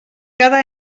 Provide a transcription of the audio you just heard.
cada